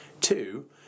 two